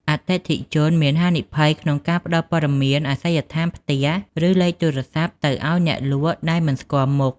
អតិថិជនមានហានិភ័យក្នុងការផ្តល់ព័ត៌មានអាសយដ្ឋានផ្ទះ ឬលេខទូរស័ព្ទទៅឱ្យអ្នកលក់ដែលមិនស្គាល់មុខ។